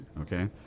okay